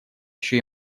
еще